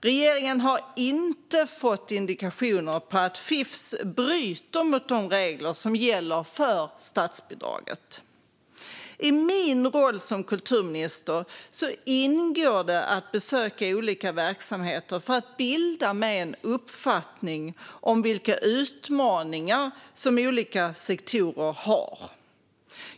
Regeringen har inte fått indikationer på att Fifs bryter mot de regler som gäller för statsbidraget. I min roll som kulturminister ingår det att besöka olika verksamheter för att bilda mig en uppfattning om vilka utmaningar som olika sektorer har.